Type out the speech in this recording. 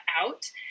out